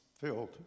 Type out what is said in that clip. filled